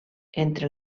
entre